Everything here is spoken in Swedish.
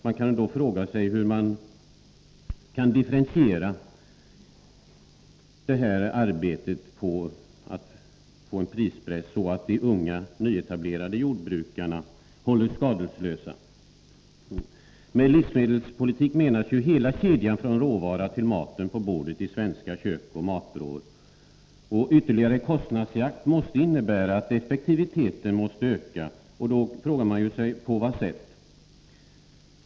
Man kan då fråga sig hur priserna skall kunna differentiers, så att de unga, nyetablerade jordbrukarna hålls skadeslösa. Livsmedelspolitiken omfattar ju hela kedjan från råvaran till maten på bordet i svenska kök och matvrår. Ytterligare kostnadsjakt måste innebära att effektiviteten måste öka. Då frågar man sig: På vilket sätt?